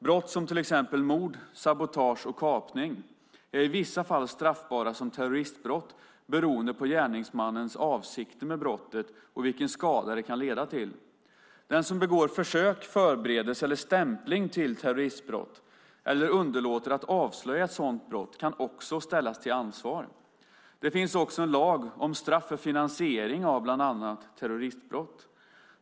Brott som till exempel mord, sabotage och kapning är i vissa fall straffbara som terroristbrott beroende på gärningsmannens avsikter med brottet och vilken skada det kan leda till. Den som begår försök, förberedelse eller stämpling till terroristbrott eller underlåter att avslöja ett sådant brott kan också ställas till ansvar. Det finns också en lag om straff för finansiering av bland annat terroristbrott.